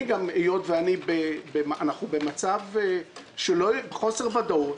היות ואנחנו במצב של חוסר ודאות,